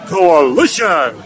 Coalition